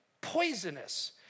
poisonous